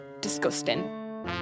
disgusting